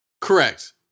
correct